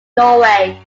norway